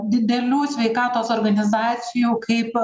didelių sveikatos organizacijų kaip